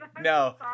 No